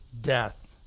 death